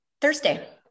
Thursday